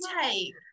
take